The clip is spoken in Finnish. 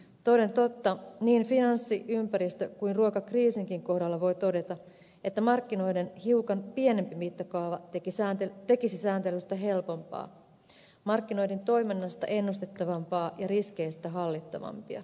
toden totta niin finanssi ympäristö kuin ruokakriisinkin kohdalla voi todeta että markkinoiden hiukan pienempi mittakaava tekisi sääntelystä helpompaa markkinoiden toiminnoista ennustettavampaa ja riskeistä hallittavampia